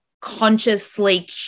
consciously